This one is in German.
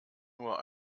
nur